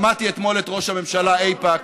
שמעתי אתמול את ראש הממשלה באיפא"ק,